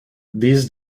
these